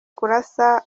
kurasa